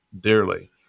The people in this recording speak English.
dearly